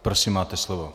Prosím, máte slovo.